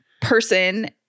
person